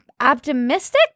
optimistic